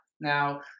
now